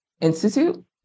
Institute